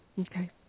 Okay